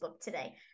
today